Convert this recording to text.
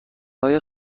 های